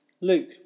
Luke